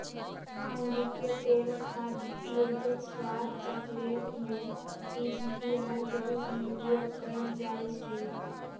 अंडिके तेल खाद्य योजक, स्वाद, चकलेट में पीजीपीआर के रूप में उपयोग कएल जाइछइ